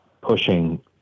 pushing